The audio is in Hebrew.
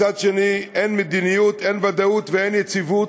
מצד שני, אין מדיניות, אין ודאות ואין יציבות,